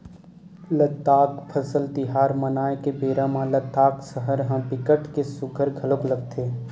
लद्दाख फसल तिहार मनाए के बेरा म लद्दाख सहर ह बिकट के सुग्घर घलोक लगथे